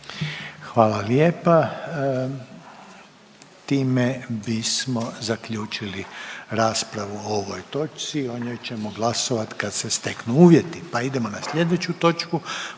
vam lijepo. Time zaključujem raspravu o ovoj točci. O njoj ćemo glasovati kad se steknu uvjeti. I time smo